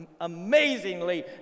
amazingly